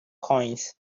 coins